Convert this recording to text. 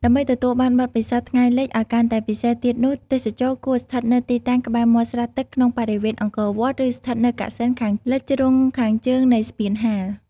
ដើម្បីទទួលបានបទពិសោធថ្ងៃលិចឲ្យកាន់តែពិសេសទៀតនោះ ទេសចរគួរស្ថិតនៅទីតាំងក្បែរមាត់ស្រះទឹកក្នុងបរិវេណអង្គរវត្ត ឬស្ថិតនៅកសិណខាងលិចជ្រុងខាងជើងនៃស្ពានហាល។